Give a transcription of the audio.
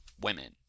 women